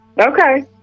Okay